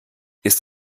ist